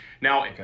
Now